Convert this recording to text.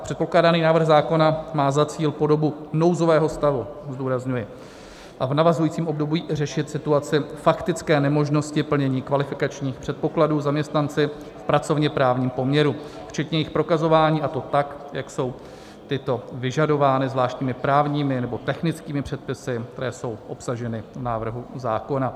Předkládaný návrh zákona má za cíl po dobu nouzového stavu zdůrazňuji a v navazujícím období řešit situaci faktické nemožnosti plnění kvalifikačních předpokladů zaměstnanci v pracovněprávním poměru včetně jejich prokazování, a to tak, jak jsou tyto vyžadovány zvláštními právními nebo technickými předpisy, které jsou obsaženy v návrhu zákona.